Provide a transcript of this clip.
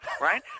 right